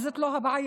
וזאת לא הבעיה.